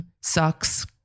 sucks